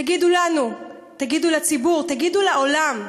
תגידו לנו, תגידו לציבור, תגידו לעולם,